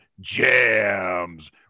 Jams